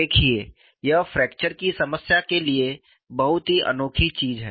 देखिए यह फ्रैक्चर की समस्या के लिए बहुत ही अनोखी चीज है